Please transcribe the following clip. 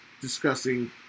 Discussing